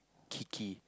Keke